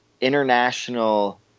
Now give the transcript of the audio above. international